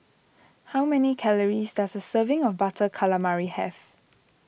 how many calories does a serving of Butter Calamari have